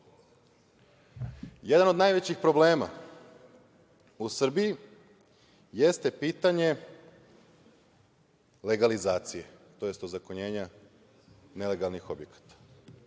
od najvećih problema u Srbiji jeste pitanje legalizacije, tj. ozakonjenja nelegalnih objekata